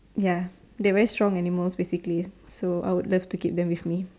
ya they are very strong animal basically so I would love to keep them with me